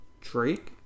Drake